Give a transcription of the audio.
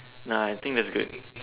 nah I think that's good